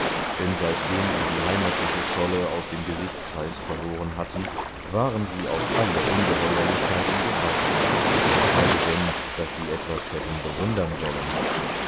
denn seitdem sie die heimatliche scholle aus dem gesichtskreis verloren hatten waren sie auf alle ungeheuerlichkeiten gefaßt geschweige denn daß sie etwas hätten bewundern sollen